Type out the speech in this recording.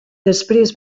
després